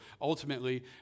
ultimately